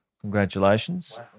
congratulations